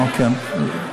כן.